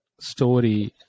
story